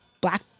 black